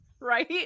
Right